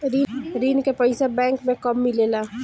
ऋण के पइसा बैंक मे कब मिले ला?